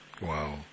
Wow